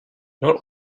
not